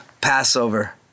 Passover